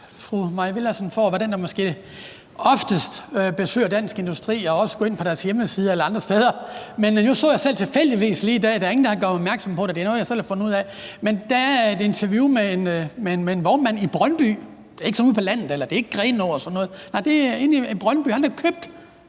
fru Mai Villadsen for at være den, der måske oftest besøger Dansk Industri eller går ind på deres hjemmeside eller andre steder, men nu så jeg selv tilfældigvis lige i dag – der er ingen, der har gjort mig opmærksom på det; det er noget, jeg selv har fundet ud af – at der er et interview med en vognmand fra Brøndby, altså ikke en ude på landet, det er ikke Grenaa eller sådan noget, nej, det er i Brøndby. Han har købt